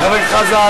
חבר הכנסת חזן,